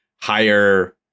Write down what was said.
higher